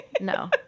No